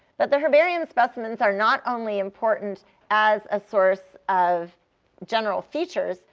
but the herbarium specimens are not only important as a source of general features.